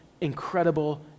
incredible